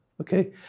okay